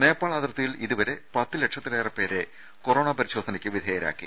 നേപ്പാൾ അതിർത്തിയിൽ ഇതുവരെ പത്ത് ലക്ഷത്തിലേറെ പേരെ കൊറോണാ പരിശോധനയ്ക്ക് വിധേയരാക്കി